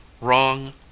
WRONG